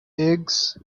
eggs